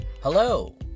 Hello